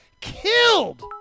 killed